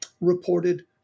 reported